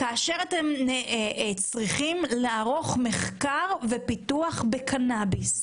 כאשר אתם צריכים לערוך מחקר ופיתוח בקנאביס.